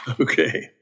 Okay